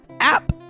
app